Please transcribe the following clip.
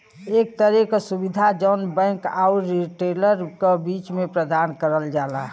एक तरे क सुविधा जौन बैंक आउर रिटेलर क बीच में प्रदान करल जाला